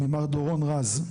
ממר דורון רז,